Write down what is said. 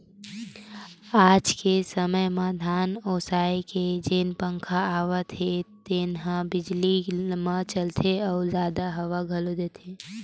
आज के समे म धान ओसाए के जेन पंखा आवत हे तेन ह बिजली म चलथे अउ जादा हवा घलोक देथे